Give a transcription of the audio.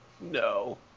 No